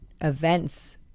events